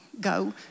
go